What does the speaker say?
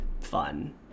fun